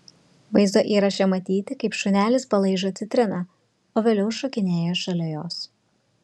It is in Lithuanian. vaizdo įraše matyti kaip šunelis palaižo citriną o vėliau šokinėja šalia jos